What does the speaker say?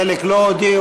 חלק לא הודיעו,